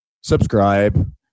Subscribe